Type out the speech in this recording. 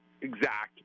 exact